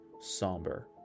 somber